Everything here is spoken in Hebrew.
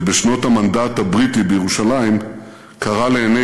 שבשנות המנדט הבריטי בירושלים קרע לעיני